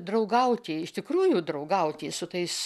draugauti iš tikrųjų draugauti su tais